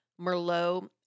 Merlot